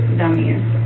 dummies